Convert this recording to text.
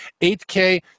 8K